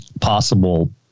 possible